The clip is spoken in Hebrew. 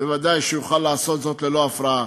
בוודאי שיוכל לעשות זאת ללא הפרעה.